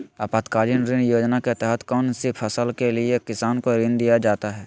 आपातकालीन ऋण योजना के तहत कौन सी फसल के लिए किसान को ऋण दीया जाता है?